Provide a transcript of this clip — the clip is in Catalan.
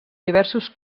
diversos